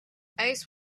ace